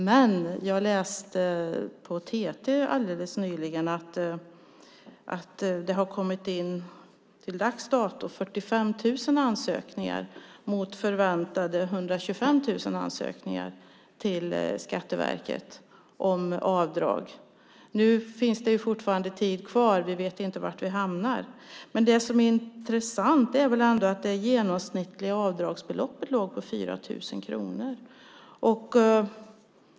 Men jag läste i ett TT-meddelande alldeles nyligen att det till dags dato har kommit in 45 000 ansökningar mot förväntade 125 000 till Skatteverket om avdrag. Nu finns det fortfarande tid kvar. Vi vet inte var vi hamnar. Det som är intressant är att det genomsnittliga avdragsbeloppet låg på 4 000 kronor.